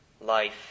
life